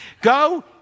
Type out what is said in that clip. go